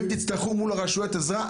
ואם תצטרכו אל מול הרשויות עזרה,